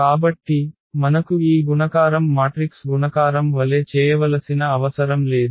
కాబట్టి మనకు ఈ గుణకారం మాట్రిక్స్ గుణకారం వలె చేయవలసిన అవసరం లేదు